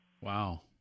wow